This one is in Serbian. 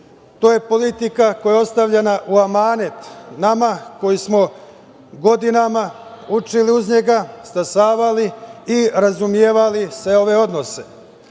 To je politika koja je ostavljena u amanet nama koji smo godinama učili uz njega, stasavali i razumevali sve ove odnose. Pored